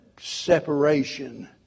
separation